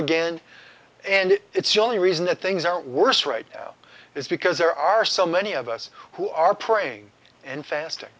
again and it's the only reason that things are worse right now is because there are so many of us who are praying and fast